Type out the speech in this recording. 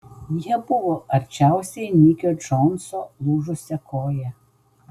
jie buvo arčiausiai nikio džonso lūžusia koja